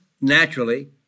naturally